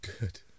Good